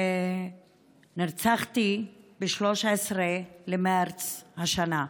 ונרצחתי ב-13 במרץ השנה.